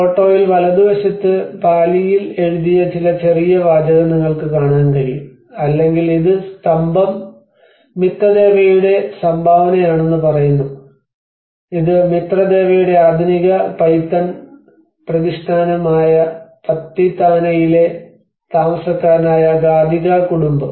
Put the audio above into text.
ഫോട്ടോയിൽ വലതുവശത്ത് പാലിയിൽ എഴുതിയ ചില ചെറിയ വാചകം നിങ്ങൾക്ക് കാണാൻ കഴിയും അല്ലെങ്കിൽ ഇത് സ്തംഭം മിത്തദേവയുടെ സംഭാവനയാണെന്ന് പറയുന്നു ഇത് മിത്രദേവയുടെ ആധുനിക പൈത്തൺ പ്രതിഷ്ഠാനമായ പത്തിതാനയിലെ താമസക്കാരനായ ഗാധിക കുടുംബം